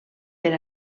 per